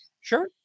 Sure